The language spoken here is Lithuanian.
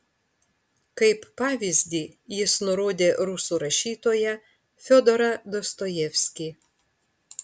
kaip pavyzdį jis nurodė rusų rašytoją fiodorą dostojevskį